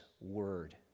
word